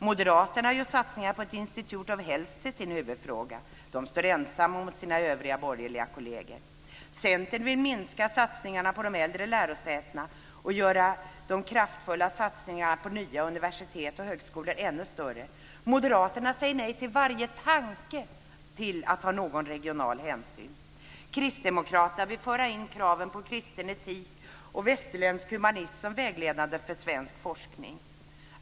Moderaterna gör satsningar på ett institute of health till sin huvudfråga. Där står det ensamt mot sina övriga borgerliga kolleger. Centern vill minska satsningarna på de äldre lärosätena och göra de kraftfulla satsningarna på nya universitet och högskolor ännu större. Moderaterna säger nej till varje tanke på att ta någon regional hänsyn. Kristdemokraterna vill föra in kraven på kristen etik och västerländsk humanism som vägledande för svensk forskning.